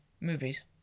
Movies